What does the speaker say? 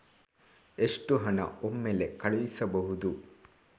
ಎಷ್ಟು ಹಣ ಒಮ್ಮೆಲೇ ಕಳುಹಿಸಬಹುದು?